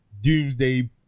doomsday